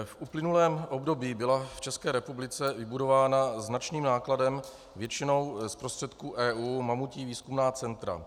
V uplynulém období byla v České republice vybudována značným nákladem, většinou z prostředků EU, mamutí výzkumná centra.